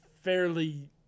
fairly